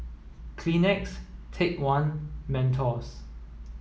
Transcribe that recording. Kleenex Take One Mentos